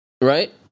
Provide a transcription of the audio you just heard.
Right